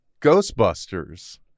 Ghostbusters